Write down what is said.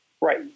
Right